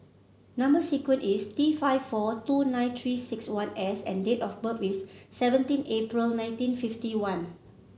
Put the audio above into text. number sequence is T five four two nine Three six one S and date of birth is seventeen April nineteen fifty one